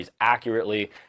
Accurately